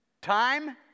time